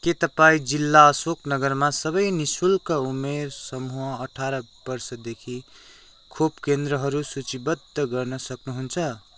के तपाईँँ जिल्ला अशोकनगरमा सबै नि शुल्क उमेर समूह अठार वर्षदेखि खोप केन्द्रहरू सूचीबद्ध गर्न सक्नुहुन्छ